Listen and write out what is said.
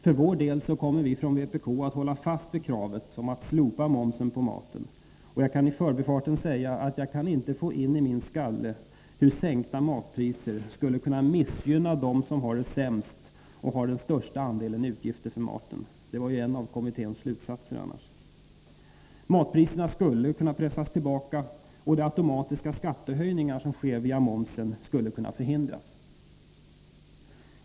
För vår del kommer vi från vpk att hålla fast vid kravet på att slopa momsen på maten. Jag kan i förbifarten säga att jag inte kan få in i min skalle hur sänkta matpriser skulle kunna missgynna dem som har det sämst och har den största andelen utgifter för maten. Det var ju annars en av kommitténs slutsatser. Matpriserna skulle kunna pressas tillbaka, och de automatiska skattehöjningar som sker via momsen skulle kunna förhindras.